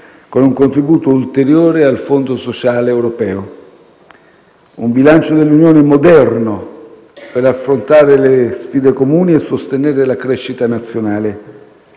con un contributo ulteriore al fondo sociale europeo; un bilancio dell'Unione moderno per affrontare le sfide comuni e sostenere la crescita nazionale.